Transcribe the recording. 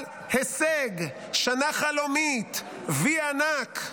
אבל הישג, שנה חלומית, וי ענק.